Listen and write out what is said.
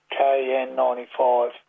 KN95